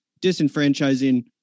disenfranchising